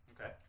Okay